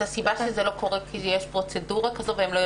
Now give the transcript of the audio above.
הסיבה שזה לא קורה היא כי יש פרוצדורה כזאת והם לא יודעים עליה?